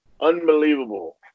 unbelievable